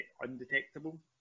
undetectable